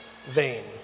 vain